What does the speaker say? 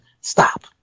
Stop